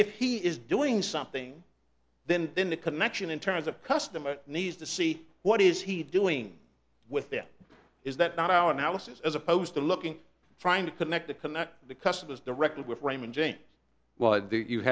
if he is doing something then in the connection in terms of customer needs to see what is he doing with that is that our analysis as opposed to looking frying to connect to connect the customers directly with raymond james why do you